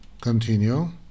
continue